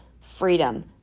freedom